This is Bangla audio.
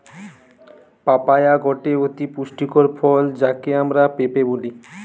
পাপায়া গটে অতি পুষ্টিকর ফল যাকে আমরা পেঁপে বলি